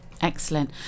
excellent